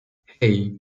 hei